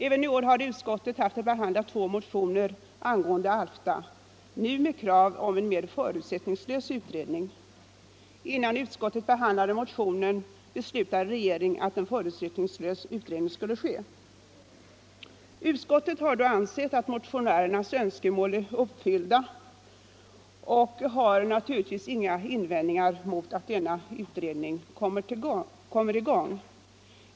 Även i år har utskottet haft att behandla två motioner angående Alfta, nu med krav på en mer förutsättningslös utredning. Innan utskottet behandlade motionen beslutade regeringen att en förutsättningslös utredning skulle göras. Utskottet har då ansett att motionärernas önskemål är uppfyllda och har naturligtvis inga invändningar mot att denna utredning kommer i gång.